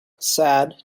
sad